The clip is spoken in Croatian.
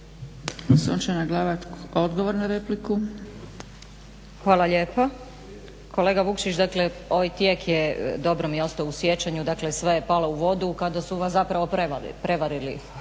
**Glavak, Sunčana (HDZ)** Hvala lijepo. Kolega Vukšić dakle ovaj tijek je dobro mi ostao u sjećanju dakle sve je palo u vodu kada su vas zapravo prevarili